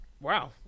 wow